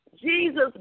Jesus